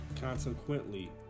Consequently